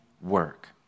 work